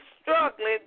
struggling